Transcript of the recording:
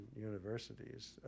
universities